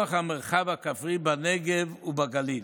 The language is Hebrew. את פיתוח המרחב הכפרי בנגב ובגליל.